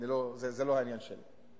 זה לא העניין שלי,